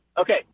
Okay